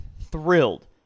thrilled